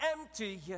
empty